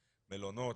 מלונות,